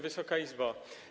Wysoka Izbo!